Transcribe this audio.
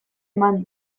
eman